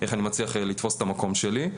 ואיך אני מצליח לתפוס את המקום שלי.